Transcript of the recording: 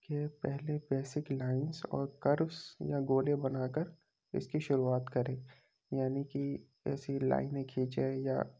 کہ پہلے basic lines اور کروس یا گولے بنا کر اس کی شروعات کرے یعنی کہ ایسی لائنیں کھینچے یا